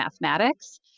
mathematics